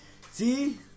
see